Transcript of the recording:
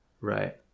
right